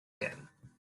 werden